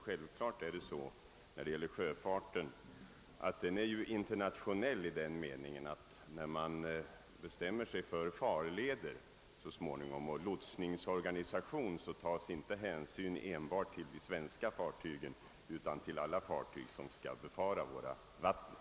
Sjöfarten är naturligtvis internationell i den meningen, att när man bestämmer sig för farleder och lotsningsorganisation måste hänsyn tas inte enbart till de svenska fartygen utan till alla fartyg som skall befara våra vatten.